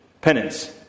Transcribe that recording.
penance